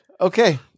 okay